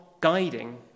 guiding